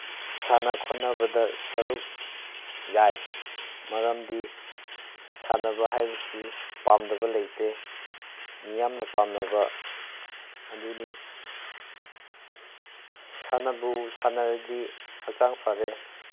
ꯁꯥꯟꯅ ꯈꯣꯠꯅꯕꯗ ꯁꯔꯨꯛ ꯌꯥꯏ ꯃꯔꯝꯗꯤ ꯁꯥꯟꯅꯕ ꯍꯥꯏꯕꯁꯤ ꯄꯥꯝꯗꯕ ꯂꯩꯇꯦ ꯃꯤꯌꯥꯝꯅ ꯄꯥꯝꯅꯕ ꯑꯗꯨꯅꯤ ꯁꯥꯟꯅꯕꯨ ꯁꯥꯟꯅꯔꯗꯤ ꯍꯛꯆꯥꯡ ꯐꯔꯦ